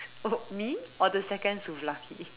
oh me or the second Souvlaki